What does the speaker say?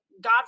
God